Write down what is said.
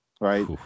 right